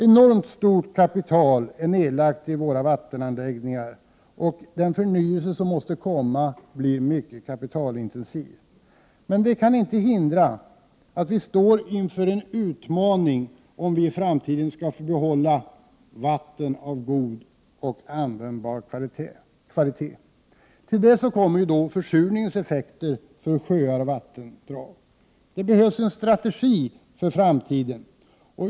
Enormt stort kapital är nedlagt i våra vattenanläggningar. Den förnyelse som måste komma blir mycket kapitalintensiv. Men detta kan inte hindra att vi står inför en utmaning om vi i framtiden skall få behålla vatten av god och användbar kvalitet. Till detta kommer försurningens effekter för sjöar och vattendrag. Det behövs en strategi för framtiden.